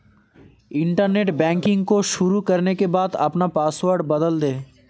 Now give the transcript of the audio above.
internet banking को शुरू करने के बाद अपना पॉसवर्ड बदल दे